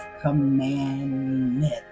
commandment